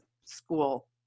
school